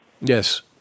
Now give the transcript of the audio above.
Yes